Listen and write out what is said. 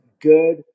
good